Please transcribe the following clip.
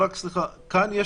כאן,